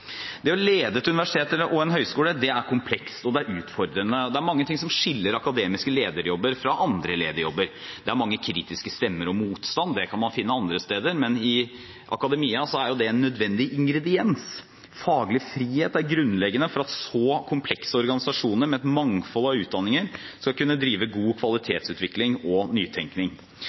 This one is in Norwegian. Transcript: Det å lede et universitet og en høyskole er komplekst og utfordrende. Det er mange ting som skiller akademiske lederjobber fra andre lederjobber. Det er mange kritiske stemmer og motstand. Det kan man også finne andre steder, men i akademia er det en nødvendig ingrediens. Faglig frihet er grunnleggende for at så komplekse organisasjoner med et mangfold av utdanninger skal kunne drive god kvalitetsutvikling og nytenkning.